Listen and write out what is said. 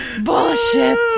Bullshit